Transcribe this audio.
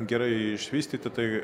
gerai išvystyta tai